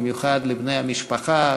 במיוחד לבני המשפחה,